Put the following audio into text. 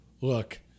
Look